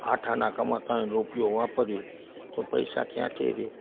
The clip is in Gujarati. આઠ આના કમાતા હોઇએ ને રૂપિયો વાપરીએ તો પૈસા ક્યાંથી રહે